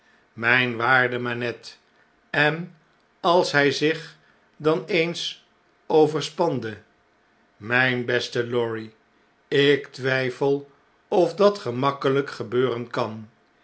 mijn waarde manette en als hjj zich dan eens overspande mgn beste lorry ik twijfel of dat gemakkelyk gebeuren kan